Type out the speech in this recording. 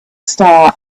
star